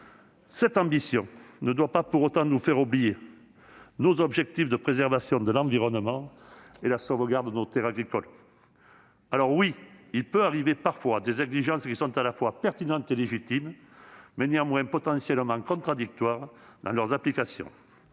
Cette ambition ne doit pas pour autant nous faire oublier nos objectifs de préservation de l'environnement et de sauvegarde des terres agricoles. Alors oui, il arrive que des exigences soient pertinentes et légitimes, tout en étant potentiellement contradictoires dans leur application.